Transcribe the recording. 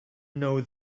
know